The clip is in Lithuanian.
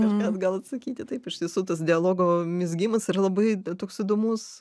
kažką gal atsakyti taip iš tiesų tas dialogo mezgimas yra labai toks įdomus